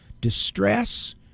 distress